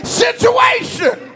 situation